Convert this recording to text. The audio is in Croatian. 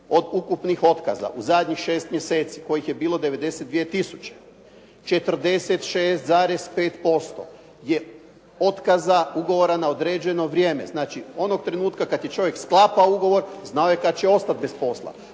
od ukupnih otkaza u zadnjih 6 mjeseci kojih je bilo 92 tisuće, 46,5% je otkaza ugovora na određeno vrijeme. Znači, onog trenutka kad je čovjek sklapao ugovor znao je kad će ostati bez posla.